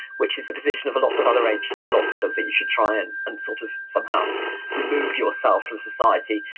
which is the position of a lot lot of other ancient philosophers, that you should try and and sort of somehow remove yourself from society.